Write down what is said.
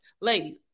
Ladies